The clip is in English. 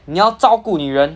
你要照顾女人